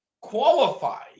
qualify